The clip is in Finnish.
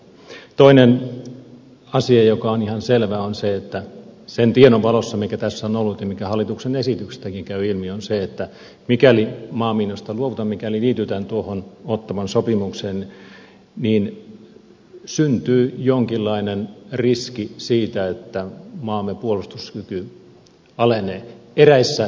toinen asia joka on ihan selvä on se sen tiedon valossa mikä tässä on ollut ja mikä hallituksen esityksestäkin käy ilmi että mikäli maamiinoista luovutaan mikäli liitytään tuohon ottawan sopimukseen niin syntyy jonkinlainen riski siitä että maamme puolustuskyky alenee eräissä konfliktitilanteissa